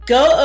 Go